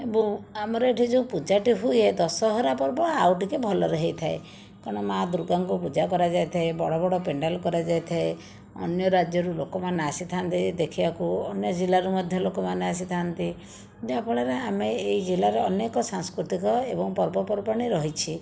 ଏବଂ ଆମର ଏଇଠି ଯେଉଁ ପୂଜାଟି ହୁଏ ଦଶହରା ପର୍ବ ଆଉ ଟିକିଏ ଭଲରେ ହେଇଥାଏ କାରଣ ମା' ଦୁର୍ଗାଙ୍କୁ ପୂଜା କରାଯାଇଥାଏ ବଡ଼ବଡ଼ ପେଣ୍ଡାଲ କରାଯାଇଥାଏ ଅନ୍ୟ ରାଜ୍ୟରୁ ଲୋକମାନେ ଆସିଥାନ୍ତି ଦେଖିବାକୁ ଅନ୍ୟ ଜିଲ୍ଲାରୁ ମଧ୍ୟ ଲୋକମାନେ ଆସିଥାନ୍ତି ଯାହାଫଳରେ ଆମେ ଏହି ଜିଲ୍ଲାର ଅନେକ ସାଂସ୍କୃତିକ ଏବଂ ପର୍ବପର୍ବାଣି ରହିଛି